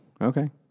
Okay